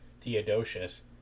Theodosius